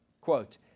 Quote